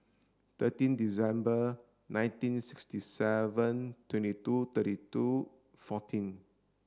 thirteen December nineteen sixty seven twenty two thirty two fourteen